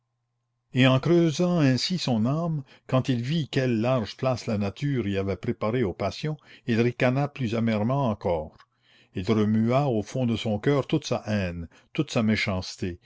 et en creusant ainsi son âme quand il vit quelle large place la nature y avait préparée aux passions il ricana plus amèrement encore il remua au fond de son coeur toute sa haine toute sa méchanceté